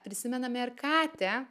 prisimename ir katę